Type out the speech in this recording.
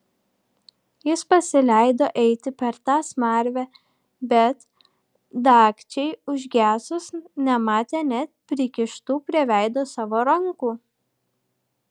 jis pasileido eiti per tą smarvę bet dagčiai užgesus nematė net prikištų prie veido savo rankų